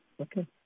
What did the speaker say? Okay